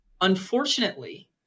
Unfortunately